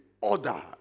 order